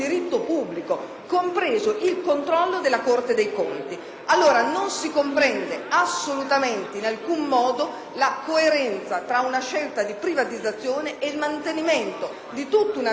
compreso il controllo della Corte dei conti. Non si comprende allora in alcun modo la coerenza tra una scelta di privatizzazione ed il mantenimento di tutta una normativa che